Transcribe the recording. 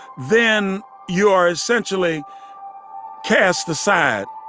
then you are essentially cast aside,